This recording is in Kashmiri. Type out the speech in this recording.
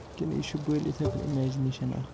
کِنہٕ یہِ چھُ بٔلی یِتھٲے پٲٹھۍ اِمیجِنیشن اکھ